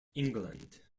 england